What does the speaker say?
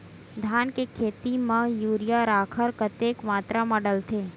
धान के खेती म यूरिया राखर कतेक मात्रा म डलथे?